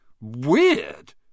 Weird